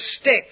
stick